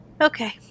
Okay